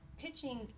pitching